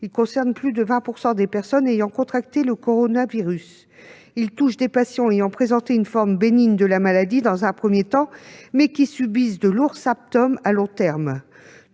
concerne plus de 20 % des personnes ayant contracté le coronavirus. Il touche des patients ayant présenté une forme bénigne de la maladie dans un premier temps, mais qui subissent de lourds symptômes à long terme